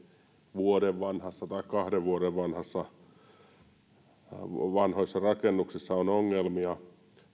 vuoden tai kahden vuoden vanhoissa rakennuksissa on ongelmia